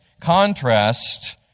contrast